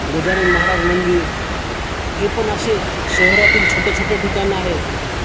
गजानन महाराज मंदिर हे पण असे शहरातील छोट्या छोट्या ठिकाण आहेत